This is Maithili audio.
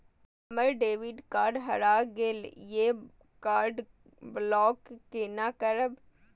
हमर डेबिट कार्ड हरा गेल ये कार्ड ब्लॉक केना करब?